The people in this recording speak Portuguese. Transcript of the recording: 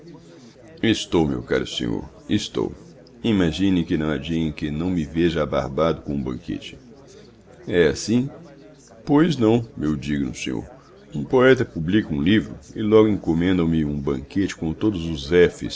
estou meu caro senhor estou imagine que não há dia em que não me veja abarbado com um banquete é assim pois não meu digno senhor um poeta publica um livro e logo encomendam me um banquete com todos os